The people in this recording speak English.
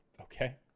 Okay